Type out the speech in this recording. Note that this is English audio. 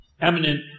eminent